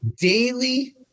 daily